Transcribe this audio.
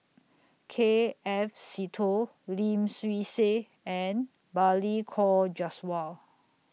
K F Seetoh Lim Swee Say and Balli Kaur Jaswal